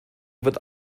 wird